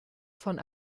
von